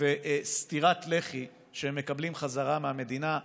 וסטירת לחי שהם מקבלים חזרה מהמדינה.